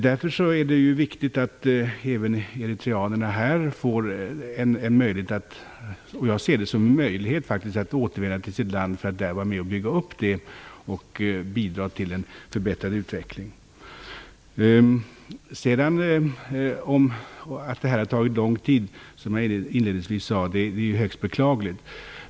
Därför är det viktigt att även eritreanerna här får en möjlighet - och jag ser det faktiskt som en möjlighet - att återvända till sitt land för att vara med och bygga upp det och bidra till en förbättrad utveckling. Jag sade inledningsvis att detta har tagit lång tid, och det är högst beklagligt.